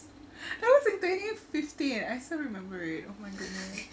that was like twenty fifteen and I still remember it oh my goodness